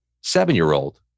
seven-year-old